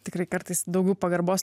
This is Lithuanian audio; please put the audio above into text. tikrai kartais daugiau pagarbos